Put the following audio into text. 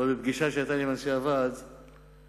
בפגישה שהיתה לי עם אנשי הוועד אני